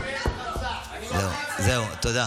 זהו, תודה.